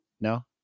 No